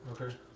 okay